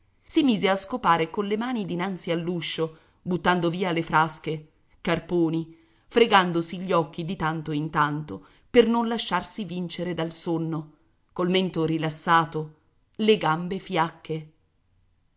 si mise a scopare colle mani dinanzi all'uscio buttando via le frasche carponi fregandosi gli occhi di tanto in tanto per non lasciarsi vincere dal sonno col mento rilassato le gambe fiacche